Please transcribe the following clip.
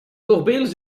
voorbeeld